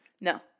No